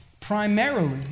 Primarily